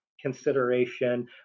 consideration